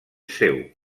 seu